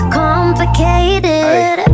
complicated